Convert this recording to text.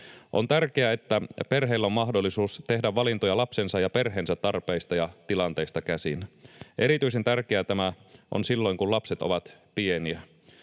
On tärkeää, että perheillä on mahdollisuus tehdä valintoja lapsensa ja perheensä tarpeista ja tilanteista käsin. Erityisen tärkeää tämä on silloin, kun lapset ovat pieniä.